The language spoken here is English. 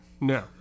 No